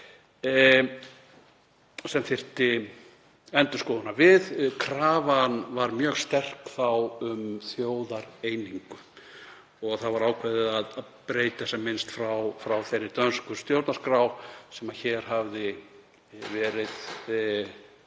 sem þyrfti endurskoðunar við. Krafan var mjög sterk þá um þjóðareiningu og ákveðið var að breyta sem minnst frá þeirri dönsku stjórnarskrá sem hér hafði verið